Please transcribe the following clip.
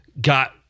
Got